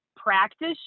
Practice